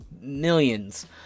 millions